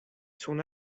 son